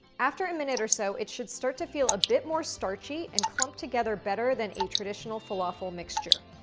after a minute or so, it should start to feel a bit more starchy and clump together better than a traditional falafel mixture.